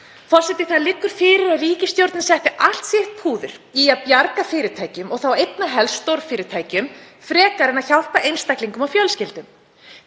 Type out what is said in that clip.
Það liggur fyrir að ríkisstjórnin setti allt sitt púður í að bjarga fyrirtækjum og þá einna helst stórfyrirtækjum frekar en að hjálpa einstaklingum og fjölskyldum.